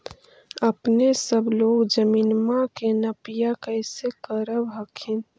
अपने सब लोग जमीनमा के नपीया कैसे करब हखिन?